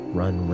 run